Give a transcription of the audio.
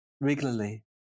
regularly